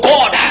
God